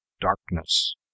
darkness